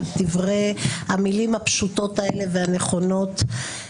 על המילים הפשוטות והנכונות האלה.